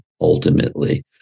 ultimately